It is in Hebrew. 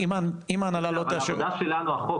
אם ההנהלה לא תאשר --- העבודה שלנו על חוק,